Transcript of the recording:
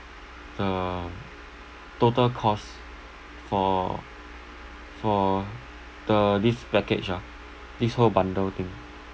the total cost for for the this package ah this whole bundle thing